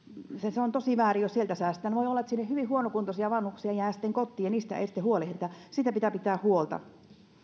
se on tosi väärin jos sieltä säästetään voi olla että hyvin huonokuntoisia vanhuksia jää sitten kotiin ja heistä ei huolehdita siitä pitää pitää huolta